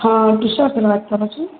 હા કિશોર સર વાત કરો છો